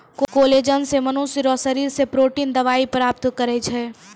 collagen से मनुष्य रो शरीर से प्रोटिन दवाई प्राप्त करै छै